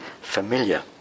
familiar